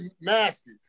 nasty